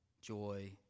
joy